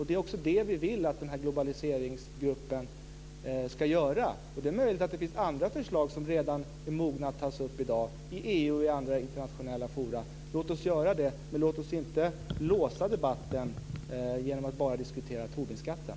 Det är också vad vi vill att Globaliseringsgruppen ska göra. Det är möjligt att det finns andra förslag som är mogna att tas upp redan i dag i EU och i andra internationella forum. Låt oss göra det men låt oss inte låsa debatten genom att bara diskutera Tobinskatten!